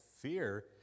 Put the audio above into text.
fear